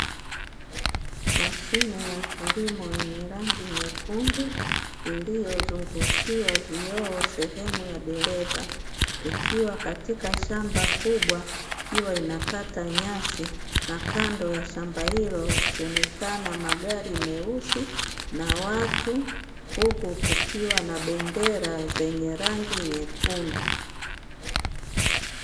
Mashine ya kilimo yenye rangi nyekundu iliyozungushiwa vioo sehemu ya dereva ikiwa katika shamba kubwa, ikiwa ina kata nyasi na kando ya shamba hilo ikionekana magari meusi na watu huku kukiwa na bendera zenye rangi nyekundu.